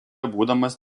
būdamas